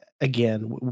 again